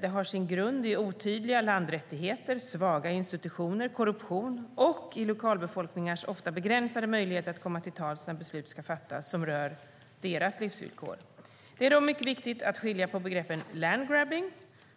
Det har sin grund i otydliga landrättigheter, svaga institutioner, korruption och i lokalbefolkningars ofta begränsade möjligheter att komma till tals när beslut ska fattas som rör deras livsvillkor. Det är dock mycket viktigt att skilja på begreppen "landgrabbing"